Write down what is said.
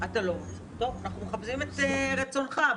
אנחנו מכבדים את רצונך,